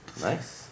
Nice